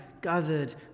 gathered